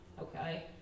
okay